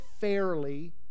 fairly